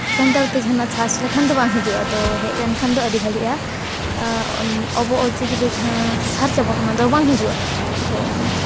ᱥᱟᱱᱛᱟᱲ ᱛᱮ ᱡᱟᱦᱟᱱᱟᱜ ᱥᱟᱨᱪ ᱞᱮᱠᱷᱟᱱ ᱫᱚ ᱵᱟᱝ ᱦᱤᱡᱩᱜᱼᱟ ᱛᱚ ᱦᱮᱡ ᱞᱮᱱᱠᱷᱟᱱ ᱫᱚ ᱟᱹᱰᱤ ᱵᱷᱟᱹᱞᱤᱜᱼᱟ ᱟᱵᱚ ᱚᱞᱪᱤᱠᱤ ᱫᱚ ᱡᱟᱦᱟᱸ ᱥᱟᱨᱪ ᱟᱵᱚᱱ ᱚᱱᱟᱫᱚ ᱵᱟᱝ ᱦᱤᱡᱩᱜᱼᱟ ᱛᱳ